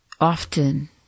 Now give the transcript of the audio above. often